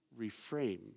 reframe